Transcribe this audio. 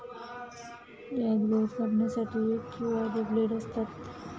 यात गवत कापण्यासाठी एक किंवा अधिक ब्लेड असतात